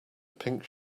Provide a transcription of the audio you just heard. pink